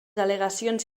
al·legacions